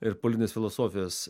ir politinės filosofijos